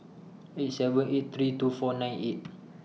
eight seven eight three two four nine eight